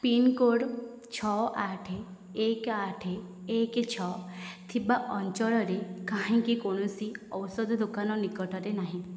pincode ଛଅ ଆଠ ଏକ ଆଠ ଏକ ଛଅ ଥିବା ଅଞ୍ଚଳରେ କାହିଁକି କୌଣସି ଔଷଧ ଦୋକାନ ନିକଟରେ ନାହିଁ